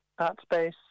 Artspace